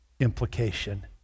Implication